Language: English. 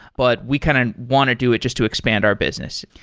but we kind of want to do it just to expand our business.